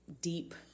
deep